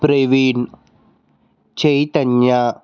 Praveen Chaitanya